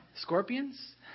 Scorpions